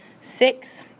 six